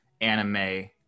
anime